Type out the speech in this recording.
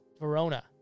Verona